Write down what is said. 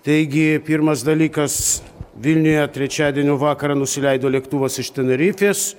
taigi pirmas dalykas vilniuje trečiadienio vakarą nusileido lėktuvas iš tenerifės